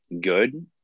good